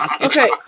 Okay